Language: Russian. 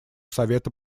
совета